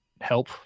help